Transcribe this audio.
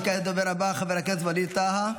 וכעת הדובר הבא, חבר הכנסת ווליד טאהא.